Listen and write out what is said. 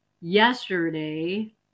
yesterday